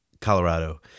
Colorado